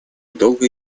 долго